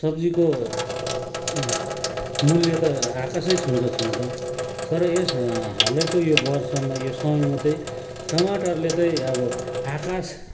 सब्जीको मूल्य त आकासै छुन्छ छुन त तर यस हालैको यो वर्षमा यो समयमा चाहिँ टमाटरले चाहिँ अब आकाश